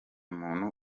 muntu